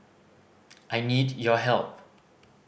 I need your help